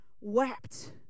wept